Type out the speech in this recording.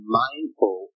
mindful